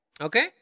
okay